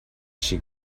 she